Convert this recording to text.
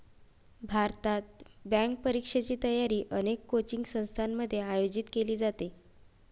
भारतात, बँक परीक्षेची तयारी अनेक कोचिंग संस्थांमध्ये आयोजित केली जाते